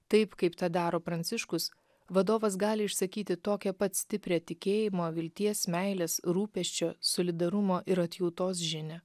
taip kaip tą daro pranciškus vadovas gali išsakyti tokią pat stiprią tikėjimo vilties meilės rūpesčio solidarumo ir atjautos žinią